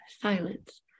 silence